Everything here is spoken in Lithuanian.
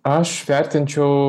aš vertinčiau